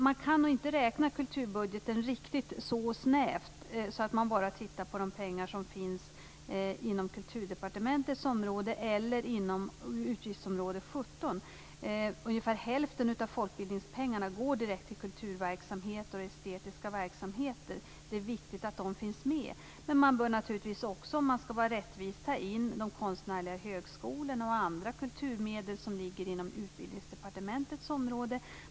Man kan inte räkna kulturbudgeten riktigt så snävt att man bara tittar på de pengar som finns inom Kulturdepartementets område eller inom utgiftsområde 17. Ungefär hälften av folkbildningspengarna går direkt till kulturverksamhet och estetiska verksamheter. Det är viktigt att de finns med. Om man skall vara rättvis bör man också ta in de konstnärliga högskolorna och andra kulturmedel som ligger inom Utbildningsdepartementets område.